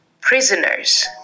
prisoners